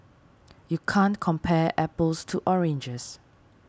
you can't compare apples to oranges